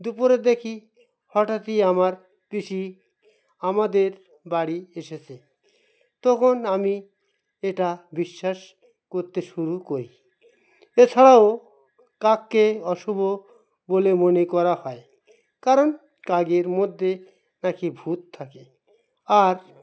দুপুরে দেখি হঠাৎই আমার পিসি আমাদের বাড়ি এসেছে তখন আমি এটা বিশ্বাস করতে শুরু করি এছাড়াও কাককে অশুভ বলে মনে করা হয় কারণ কাকের মধ্যে নাকি ভূত থাকে আর